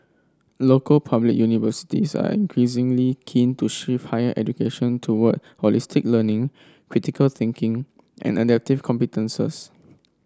local public universities are increasingly keen to shift higher education toward holistic learning critical thinking and adaptive competences